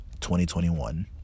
2021